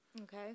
Okay